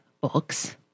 books